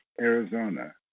Arizona